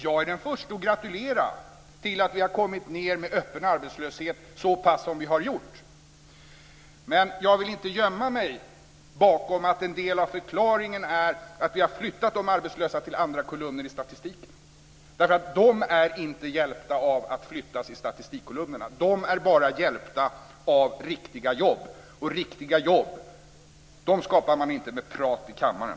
Jag är den förste att gratulera att vi har kommit ned så pass i öppen arbetslöshet som vi har gjort. Men jag vill inte gömma att en del av förklaringen är att vi har flyttat de arbetslösa till andra kolumner i statistiken. De är inte hjälpta av att flyttas i statistikkolumnerna. De är bara hjälpta av riktiga jobb, och riktiga jobb skapar man inte med prat i kammaren.